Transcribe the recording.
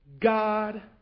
God